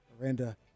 Miranda